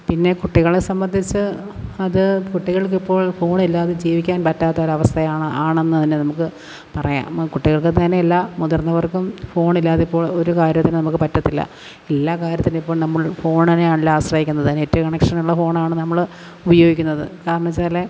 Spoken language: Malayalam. പിന്നെ കുട്ടികളെ സംബന്ധിച്ച് അത് കുട്ടികൾക്ക് ഇപ്പോൾ ഫോൺ ഇല്ലാതെ ജീവിക്കാൻ പറ്റാത്ത ഒരു അവസ്ഥയാണ് ആണ് ആണെന്ന് തന്നെ നമുക്ക് പറയാം കുട്ടികൾക്ക് തന്നെയല്ല മുതിർന്നവർക്കും ഫോൺ ഇല്ലാതെ ഇപ്പോൾ ഒരു കാര്യത്തിനും നമുക്ക് പറ്റത്തില്ല എല്ലാ കാര്യത്തിനും ഇപ്പോൾ നമ്മൾ ഫോണിനെ ആണല്ലോ ആശ്രയിക്കുന്നത് നെറ്റ് കണക്ഷൻ ഉള്ള ഫോൺ ആണ് നമ്മൾ ഉപയോഗിക്കുന്നത് കാരണം വെച്ചാൽ